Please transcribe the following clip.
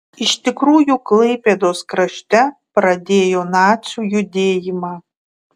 iš tikrųjų klaipėdos krašte pradėjo nacių judėjimą